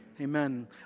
amen